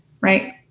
right